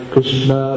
Krishna